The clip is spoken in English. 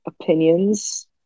opinions